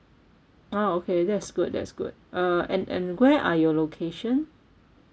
ah okay that is good that is good uh and and where are your location